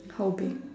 how big